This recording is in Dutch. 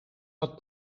dat